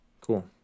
cool